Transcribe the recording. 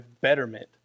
betterment